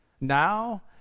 now